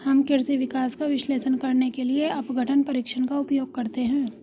हम कृषि विकास का विश्लेषण करने के लिए अपघटन परीक्षण का उपयोग करते हैं